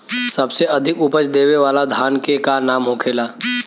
सबसे अधिक उपज देवे वाला धान के का नाम होखे ला?